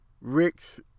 Ricks